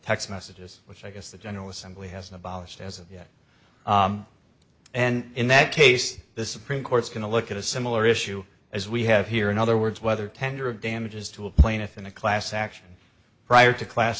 text messages which i guess the general assembly has abolished as of yet and in that case the supreme court's going to look at a similar issue as we have here in other words whether tender damages to a plaintiff in a class action prior to class